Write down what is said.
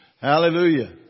Hallelujah